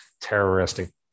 terroristic